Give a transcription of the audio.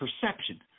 perception